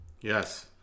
Yes